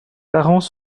parents